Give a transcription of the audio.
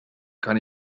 kann